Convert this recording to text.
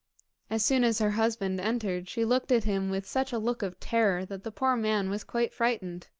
as soon as her husband entered she looked at him with such a look of terror that the poor man was quite frightened.